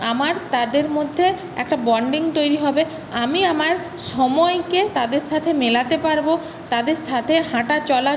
আমার তাদের মধ্যে একটা বন্ডিং তৈরি হবে আমি আমার সময়কে তাদের সাথে মেলাতে পারব তাদের সাথে হাঁটা চলা